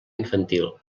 infantil